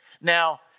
Now